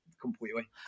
completely